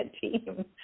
team